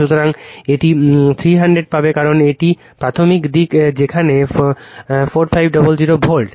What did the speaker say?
সুতরাং এটি 300 পাবে কারণ এটি প্রাথমিক দিক যেখানে 4500 ভোল্ট